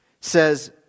says